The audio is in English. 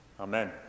Amen